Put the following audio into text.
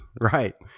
Right